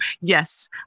yes